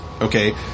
Okay